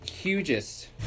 hugest